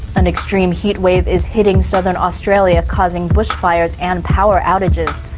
an extreme heatwave is hitting southern australia, causing bushfires and power outages.